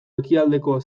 ekialdeko